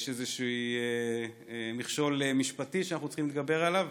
יש איזשהו מכשול משפטי שאנחנו צריכים להתגבר עליו,